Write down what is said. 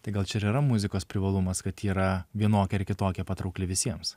tai gal čia ir yra muzikos privalumas kad yra vienokia ar kitokia patraukli visiems